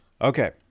okay